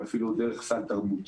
ואפילו דרך סל תרבות.